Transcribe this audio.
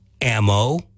ammo